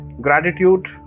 gratitude